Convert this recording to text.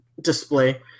display